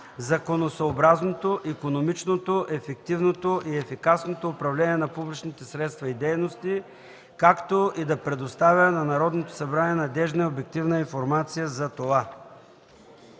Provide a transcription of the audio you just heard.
законосъобразното, икономичното, ефективното и ефикасното управление на публичните средства и дейности, както и да предоставя на Народното събрание надеждна и обективна информация за това.”